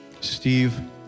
Steve